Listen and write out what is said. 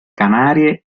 canarie